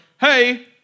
hey